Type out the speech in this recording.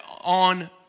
on